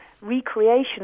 recreation